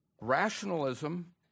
rationalism